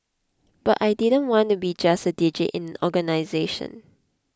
but I didn't want to be just a digit in organisation